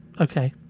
okay